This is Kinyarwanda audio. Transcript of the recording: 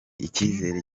ikizere